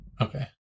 okay